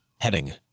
heading